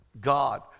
God